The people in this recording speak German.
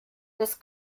das